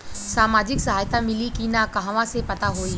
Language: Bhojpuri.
सामाजिक सहायता मिली कि ना कहवा से पता होयी?